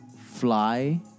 fly